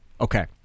okay